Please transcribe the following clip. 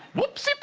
whoops